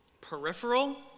peripheral